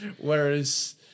Whereas